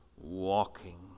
walking